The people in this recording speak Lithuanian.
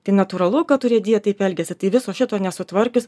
tai natūralu kad urėdija taip elgiasi tai viso šito nesutvarkius